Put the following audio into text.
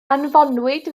anfonwyd